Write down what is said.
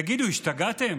תגידו, השתגעתם?